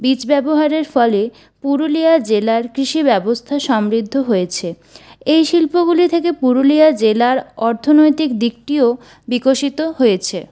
বীজ ব্যবহারের ফলে পুরুলিয়া জেলার কৃষি ব্যবস্থা সমৃদ্ধ হয়েছে এই শিল্পগুলি থেকে পুরুলিয়া জেলার অর্থনৈতিক দিকটিও বিকশিত হয়েছে